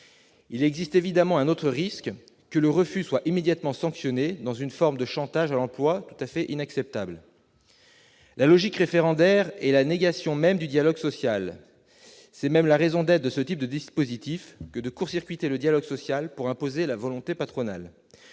Il existe évidemment un autre risque : que le refus soit immédiatement sanctionné, dans une forme de chantage à l'emploi tout à fait inacceptable. La logique référendaire est la négation même du dialogue social. C'est même la raison d'être de ce type de dispositif que de court-circuiter le dialogue social pour imposer la volonté patronale.